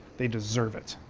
they deserve it.